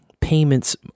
payments